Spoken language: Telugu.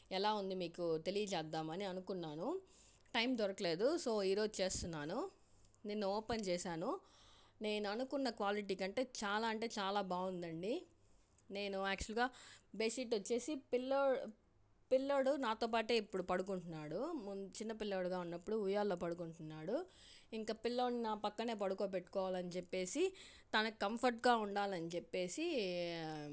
ఎలా ఉంది మీకు తెలియ చేద్దామని అనుకున్నాను టైం దొరకలేదు సో ఈరోజు చేస్తున్నాను నిన్న ఓపెన్ చేశాను నేను అనుకున్న క్వాలిటీ కంటే చాలా అంటే చాలా బాగుందండి నేను యాక్చువల్గా బెడ్షీట్ వచ్చి పిల్లో పిల్లోడు నాతో పాటి ఇప్పుడు పడుకుంటున్నాడు ముందు చిన్న పిల్లోడుగా ఉన్నప్పుడు ఉయ్యాలో పడుకుంటున్నాడు ఇంకా పిల్లోడిని నా పక్కనే పడుకోబెట్టుకోవాలి అని చెప్పి తనకు కంఫర్ట్గా ఉండాలని చెప్పి